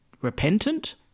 repentant